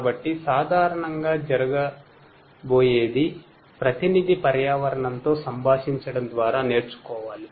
కాబట్టి సాధారణంగా జరగబోఎధి ప్రతినిధి పర్యావరణంతో సంభాషించడం ద్వారా నేర్చుకోవాలి